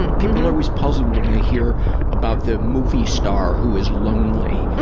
and people always puzzle when they hear about the movie star who is lonely.